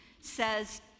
says